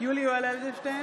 יולי יואל אדלשטיין,